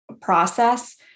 process